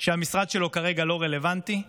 שהמשרד שלו לא רלוונטי כרגע,